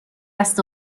است